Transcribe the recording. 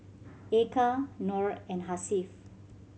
Eka Nor and Hasif